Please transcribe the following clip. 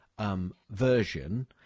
version